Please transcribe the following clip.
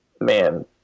man